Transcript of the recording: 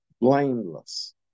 blameless